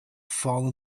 fallen